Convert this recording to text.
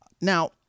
now